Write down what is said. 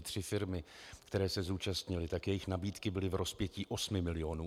Tři firmy, které se zúčastnily, jejich nabídky byly v rozpětí osmi milionů.